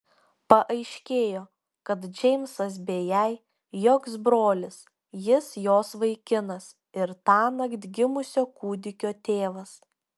paaiškėjo kad džeimsas bėjai joks brolis jis jos vaikinas ir tąnakt gimusio kūdikio tėvas